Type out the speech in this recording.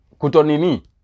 Kutonini